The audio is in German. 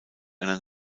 einer